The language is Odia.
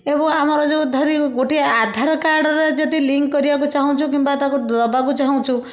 ଏବଂ ଆମର ଯେଉଁ ଧାରି ଗୋଟିଏ ଆଧାର କାର୍ଡ଼ରେ ଯଦି ଲିଙ୍କ କରିବାକୁ ଚାହୁଁଛୁ କିମ୍ବା ତାକୁ ଦେବାକୁ ଚାହୁଁଛୁ